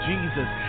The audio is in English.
Jesus